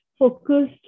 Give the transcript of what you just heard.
focused